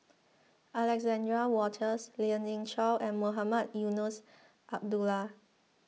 Alexander Wolters Lien Ying Chow and Mohamed Eunos Abdullah